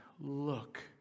look